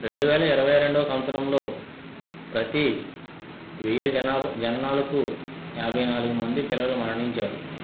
రెండు వేల ఇరవై రెండో సంవత్సరంలో ప్రతి వెయ్య జన జననాలకు యాభై నాలుగు మంది పిల్లలు మరణించారు